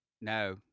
No